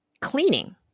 cleaning